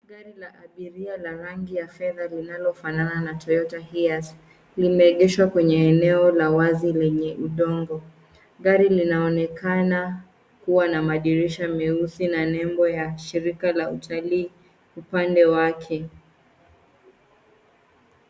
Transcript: Gari la abiria la rangi ya fedha linalofanana na Toyota Hiace limeegeshwa kwenye eneo la wazi lenye udongo. Gari linaonekana kuwa na madirisha meusi na nembo ya shirika la utalii upande wake.